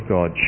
God